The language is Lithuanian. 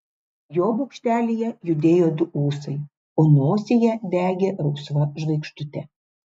jo bokštelyje judėjo du ūsai o nosyje degė rausva žvaigždutė